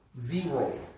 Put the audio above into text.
Zero